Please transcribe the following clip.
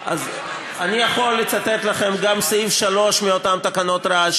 אני יכול לצטט לכם גם את סעיף 3 מאותן תקנות רעש,